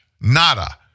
nada